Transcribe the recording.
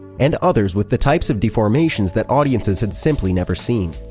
and others with the types of deformations that audiences had simply never seen.